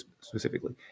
specifically